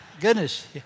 goodness